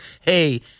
hey